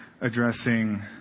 addressing